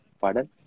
Pardon